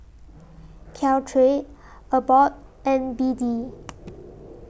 Caltrate Abbott and B D